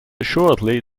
assuredly